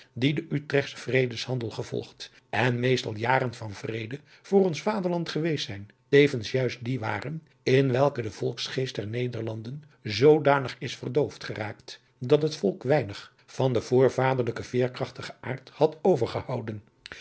die den utrechtschen vredehandel gevolgd en meestal jaren van vrede voor ons vaderland geweest zijn tevens juist die waren in welke de volksgeest der nederlanderen zoodanig is verdoofd geraakt dat het volk weinig van den voorvaderlijken veerkrachtigen aard had overgehouden